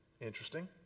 Interesting